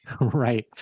Right